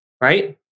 right